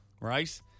right